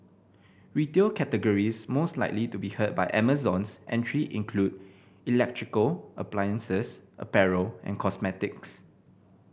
retail categories most likely to be hurt by Amazon's entry include electrical appliances apparel and cosmetics